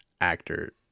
actor